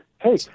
Hey